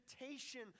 invitation